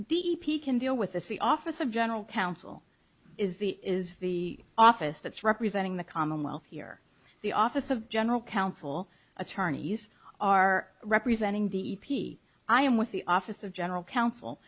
p can deal with as the office of general counsel is the is the office that's representing the commonwealth here the office of general counsel attorneys are representing the e p i am with the office of general counsel